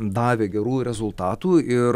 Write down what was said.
davė gerų rezultatų ir